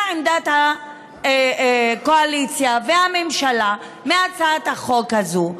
עמדת הקואליציה והממשלה בהצעת החוק הזאת.